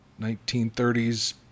1930s